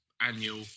annual